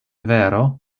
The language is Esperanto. vero